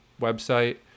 website